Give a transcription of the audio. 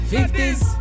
Fifties